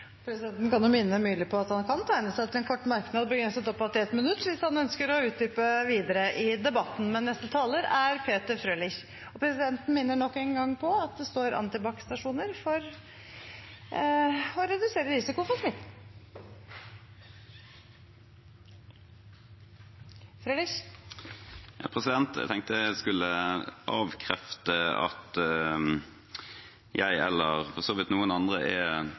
Presidenten kan jo minne representanten Myrli om at han kan tegne seg til en kort merknad begrenset oppad til 1 minutt hvis han ønsker å utdype videre i debatten. Presidenten minner nok en gang om Antibac-stasjonene her for å redusere risikoen for smitte. Jeg tenkte jeg skulle avkrefte at jeg, eller for så vidt noen andre, er